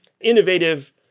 innovative